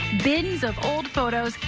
bins of old photos,